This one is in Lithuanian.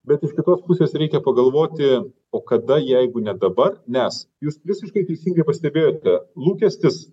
bet iš kitos pusės reikia pagalvoti o kada jeigu ne dabar nes jūs visiškai teisingai pastebėjote lūkestis